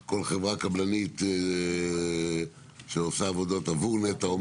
בגלל שכל חברה קבלנית שעושה עבודות עבור נת"ע,